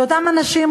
שאותם אנשים,